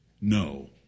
No